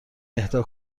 اهدا